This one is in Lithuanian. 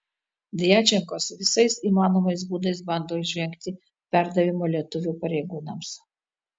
djačenkos visais įmanomais būdais bando išvengti perdavimo lietuvių pareigūnams